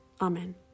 Amen